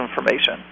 information